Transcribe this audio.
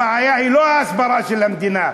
הבעיה היא לא ההסברה של המדינה.